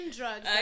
drugs